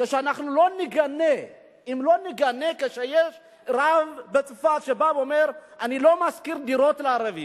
אם לא נגנה כשיש רב בצפת שבא ואומר: אני לא משכיר דירות לערבים,